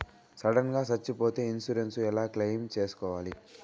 Sudden గా సచ్చిపోతే insurance ఎలా క్లెయిమ్ సేసుకోవాలి?